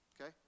Okay